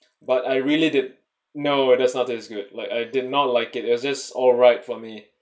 but I really did no it does not taste good like I did not like it's just alright for me